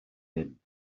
hyn